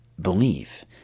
believe